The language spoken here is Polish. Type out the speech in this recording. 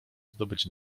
zdobyć